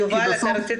צריך